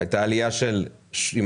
הייתה עלייה של 700 מיליון שקלים,